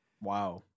Wow